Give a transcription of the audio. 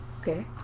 Okay